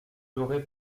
aurais